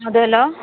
അതേല്ലൊ